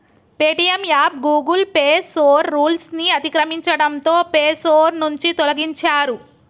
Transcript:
Paytm app Google play store rules ని అతిక్రమించడంతో play store నుంచి తొలగించారు